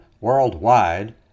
worldwide